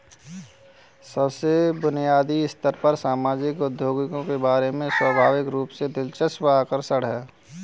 सबसे बुनियादी स्तर पर सामाजिक उद्यमियों के बारे में स्वाभाविक रूप से दिलचस्प आकर्षक है